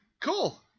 Cool